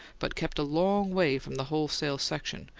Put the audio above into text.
but kept a long way from the wholesale section,